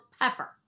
pepper